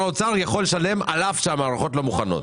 האוצר יכול לשלם על אף שהמערכות לא מוכנות.